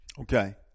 Okay